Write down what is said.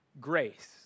Grace